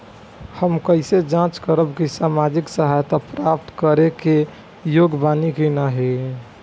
हम कइसे जांच करब कि सामाजिक सहायता प्राप्त करे के योग्य बानी की नाहीं?